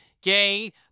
gay